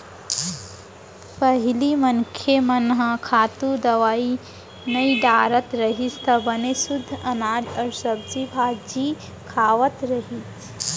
पहिली मनखे मन ह खातू, दवई नइ डारत रहिस त बने सुद्ध अनाज अउ सब्जी भाजी खावय